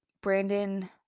Brandon